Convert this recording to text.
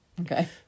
Okay